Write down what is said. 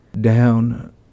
Down